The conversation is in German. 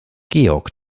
georg